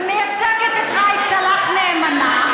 ומייצגת את ראאד סלאח נאמנה.